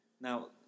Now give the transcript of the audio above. Now